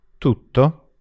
Tutto